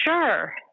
sure